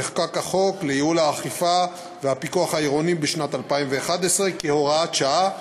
נחקק החוק לייעול האכיפה והפיקוח העירוניים בשנת 2011 כהוראת שעה,